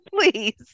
Please